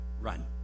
Run